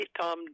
Tom